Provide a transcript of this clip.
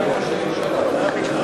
לשבת.